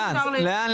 לאן?